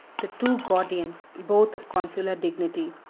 the two gordians, both of consular dignity,